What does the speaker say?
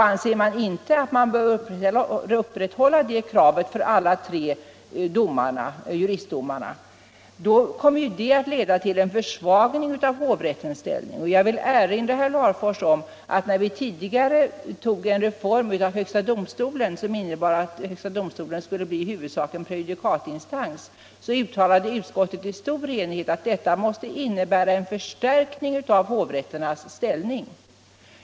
Anser man inte att man bör upprätthålla det kravet för alla tre juristdomarna, kommer det att leda till en försvagning av hovrättens ställning. Jag vill erinra herr Larfors om att när vi tidigare tog en reform av högsta domstolen som innebar att högsta domstolen huvudsakligen skulle bli en prejudikatinstans, så uttalade utskottet i stor enighet att detta måste innebära en förstärkning av hovrätternas ställning.